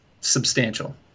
substantial